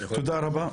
תודה רבה.